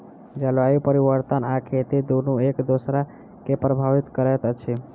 जलवायु परिवर्तन आ खेती दुनू एक दोसरा के प्रभावित करैत अछि